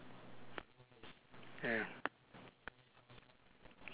ya